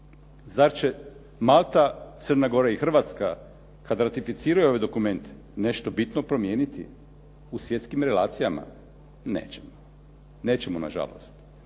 Zar će Malta, Crna Gora i Hrvatska kad ratificiraju ove dokumente nešto bitno promijeniti u svjetskim relacijama? Nećemo. Nećemo nažalost.